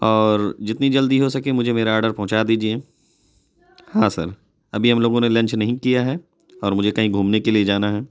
اور جتنی جلدی ہو سکے مجھے میرا آرڈر پہنچا دیجیے ہاں سر ابھی ہم لوگوں نے لنچ نہیں کیا ہے اور مجھے کہیں گھومنے کے لیے جانا ہے